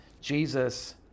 Jesus